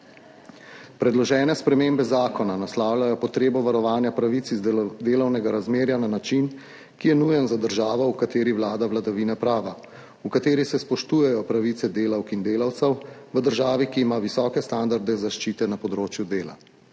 Predložene spremembe zakona naslavljajo potrebo varovanja pravic iz delovnega razmerja na način, ki je nujen za državo, v kateri vlada vladavina prava, v kateri se spoštujejo pravice delavk in delavcev, v državi, ki ima visoke standarde zaščite na področju dela.